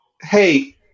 Hey